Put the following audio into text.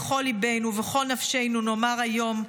בכל ליבנו ובכל נפשנו נאמר היום,